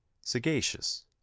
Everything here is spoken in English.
sagacious